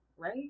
Right